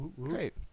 great